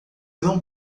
não